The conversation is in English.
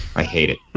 i hate it.